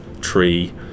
tree